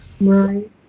Right